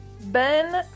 Ben